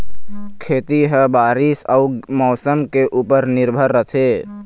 खेती ह बारीस अऊ मौसम के ऊपर निर्भर रथे